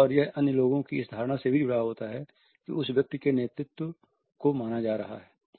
और यह अन्य लोगों की इस धारणा से भी जुड़ा होता है कि उस व्यक्ति के नेतृत्व को माना जा रहा है